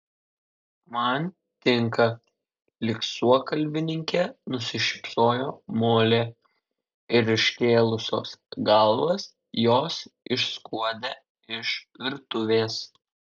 man tinka lyg suokalbininkė nusišypsojo molė ir iškėlusios galvas jos išskuodė iš virtuvės